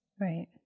Right